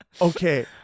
Okay